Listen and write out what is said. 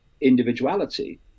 individuality